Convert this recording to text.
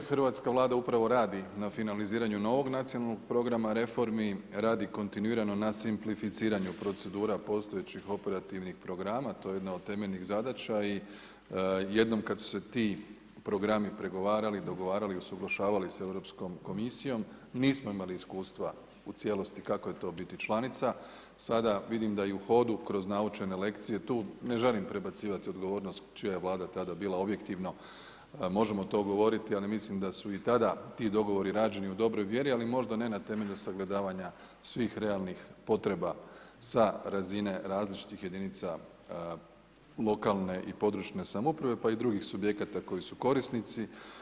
Hrvatska Vlada upravo radi na finaliziranju novog nacionalnog programa reformi, radi kontinuirano na simplificiranju procedura postojećih operativnih programa, to je jedna od temeljnih zadaća i jednom kad su se ti programi pregovarali, dogovarali, usuglašavali sa Europskom komisijom, nismo imali iskustva u cijelosti kako je to biti članica, sada vidim da i u hodu kroz naučene lekcije, tu ne želim prebacivati odgovornost čije je Vlada tada bila, objektivno možemo to govoriti, ali mislim da su i tada ti dogovori rađeni u dobroj vjeri, ali možda ne na temelju sagledavanja svih realnih potreba sa razine različitih jedinica lokalne i područne samouprave pa i drugih subjekata koji su korisnici.